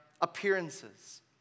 appearances